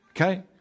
Okay